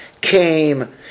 came